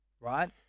right